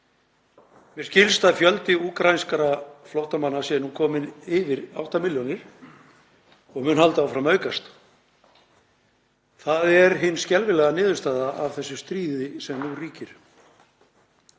Mér skilst að fjöldi úkraínskra flóttamanna sé nú kominn yfir átta milljónir og mun halda áfram að aukast. Það er hin skelfilega niðurstaða af þessu stríði sem nú ríkir.